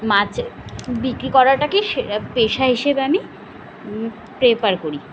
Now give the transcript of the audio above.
মাছ বিক্রি করাটাকেই সে পেশা হিসেবে আমি প্রেফার করি